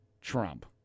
Trump